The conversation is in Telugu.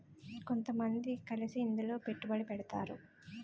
కొంతమంది కలిసి ఇందులో పెట్టుబడి పెడతారు